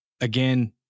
again